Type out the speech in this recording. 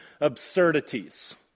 Absurdities